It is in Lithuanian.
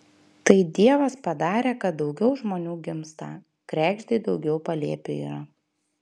tai dievas padarė kad daugiau žmonių gimsta kregždei daugiau palėpių yra